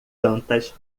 tantas